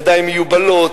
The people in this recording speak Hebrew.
ידיים מיובלות,